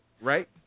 right